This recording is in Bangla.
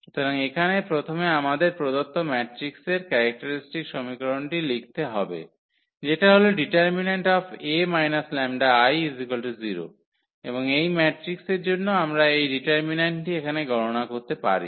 সুতরাং এখানে প্রথমে আমাদের প্রদত্ত ম্যাট্রিক্সের ক্যারেক্টারিস্টিক সমীকরণটি লিখতে হবে যেটা হল detA 𝜆𝐼0 এবং এই ম্যাট্রিক্সের জন্য আমরা এই ডিটারমিনান্টটি এখানে গণনা করতে পারি